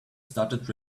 started